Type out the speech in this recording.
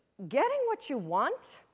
getting what you want